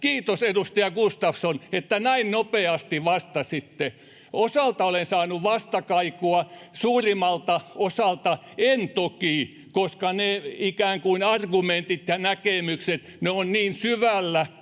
kiitos, edustaja Gustafsson, että näin nopeasti vastasitte. Osalta olen saanut vastakaikua, suurimmalta osalta toki en, koska ne argumentit ja näkemykset ovat niin syvällä